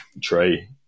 tree